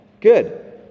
Good